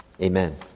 Amen